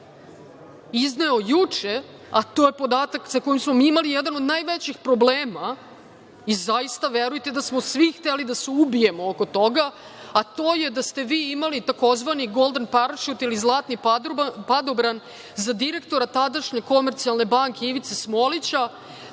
izneo juče, a to je podatak sa kojim smo mi imali jedan od najvećih problema i zaista, verujte da smo svi hteli da se ubijemo oko toga, a to je da ste vi imali tzv. „golden parachute“ ili zlatni padobran za direktora tadašnje „Komercijalne banke“ Ivice Smolića,